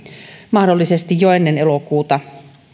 mahdollisesti jo ennen elokuuta